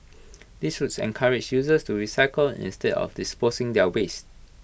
this would encourage users to recycle instead of disposing their waste